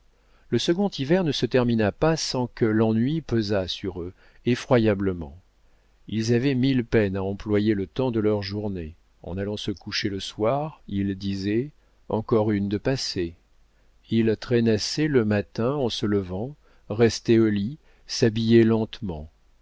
le second hiver ne se termina pas sans que l'ennui pesât sur eux effroyablement ils avaient mille peines à employer le temps de leur journée en allant se coucher le soir ils disaient encore une de passée ils traînassaient le matin en se levant restaient au lit s'habillaient lentement